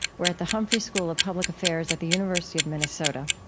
we're at the humphrey school of public affairs at the university of minnesota.